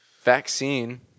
Vaccine